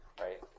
right